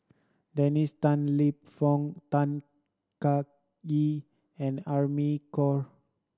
Dennis Tan Lip Fong Tan Kah Kee and Amy Khor